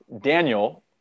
Daniel